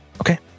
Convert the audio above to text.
Okay